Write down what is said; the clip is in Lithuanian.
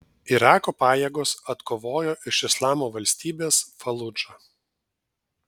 irako pajėgos atkovojo iš islamo valstybės faludžą